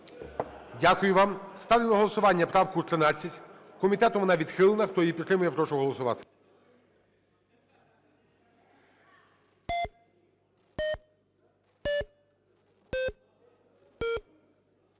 Дякую вам. Ставлю на голосування правку 13, комітетом вона відхилена. Хто її підтримує, я прошу голосувати.